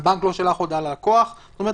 "הבנק לא שלח הודעה ללקוח" זאת אומרת